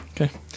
Okay